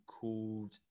called